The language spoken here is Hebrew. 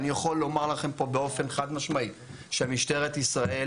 אני יכול לומר לכם פה באופן חד משמעי שמשטרת ישראל